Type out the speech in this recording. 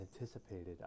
anticipated